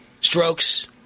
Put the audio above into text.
strokes